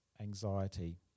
anxiety